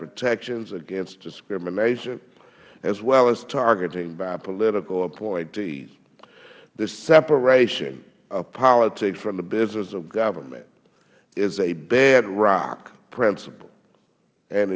protections against discrimination as well as targeting by political appointees the separation of politics from the business of government is a bedrock princip